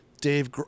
Dave